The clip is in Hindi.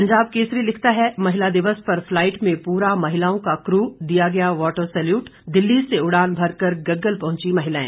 पंजाब केसरी लिखता है महिला दिवस पर फ्लाइट में पूरा महिलाओं का क्रू दिया गया वाटर सैल्यूट दिल्ली से उड़ान भरकर गगल पहुंची महिलाएं